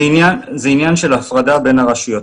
זה עניין של הפרדה בין הרשויות.